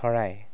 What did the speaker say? চৰাই